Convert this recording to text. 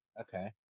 Okay